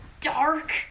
dark